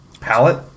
palette